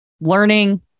learning